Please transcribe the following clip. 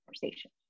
conversation